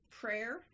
prayer